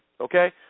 okay